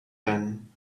then